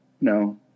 No